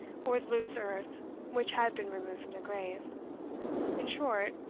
or the loose earth which had been removed from the grave in short,